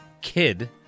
kid